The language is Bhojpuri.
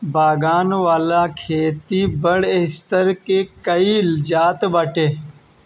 बागन वाला खेती बड़ स्तर पे कइल जाता बाटे